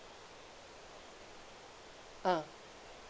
ah